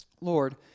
Lord